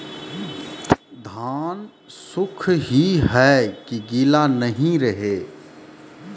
धान सुख ही है की गीला नहीं रहे?